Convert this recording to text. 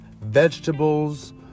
vegetables